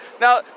Now